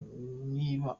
niba